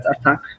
attack